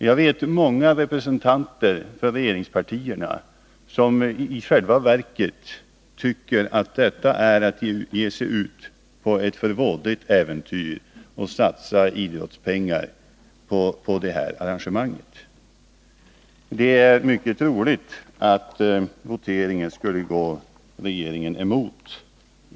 Jag vet många representanter för regeringspartierna som i själva verket tycker att det är att ge sig ut på ett för vådligt äventyr att satsa idrottspengar på detta arrangemang. Det är mycket troligt att en sådan fri omröstning skulle gå regeringen emot.